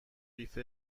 قیف